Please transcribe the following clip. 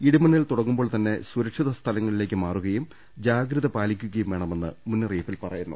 ഇടിമിന്നൽ തുടങ്ങുമ്പോൾതന്നെ സുരക്ഷിത സ്ഥലങ്ങളിലേക്ക് മാറുകയും ജാഗ്രത പാലിക്കുകയും വേണ മെന്ന് മുന്നറിയിപ്പിൽ പറയുന്നു